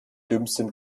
dümmsten